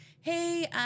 hey